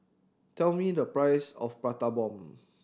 tell me the price of Prata Bomb